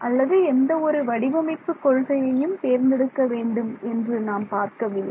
அல்லது எந்த ஒரு வடிவமைப்பு கொள்கையையும் தேர்ந்தெடுக்க வேண்டும் என்று நான் பார்க்கவில்லை